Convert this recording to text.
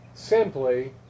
simply